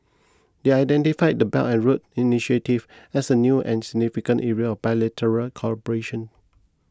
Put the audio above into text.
they identified the Belt and Road initiative as a new and significant area bilateral cooperation